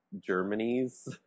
Germany's